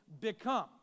become